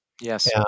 yes